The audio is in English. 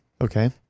Okay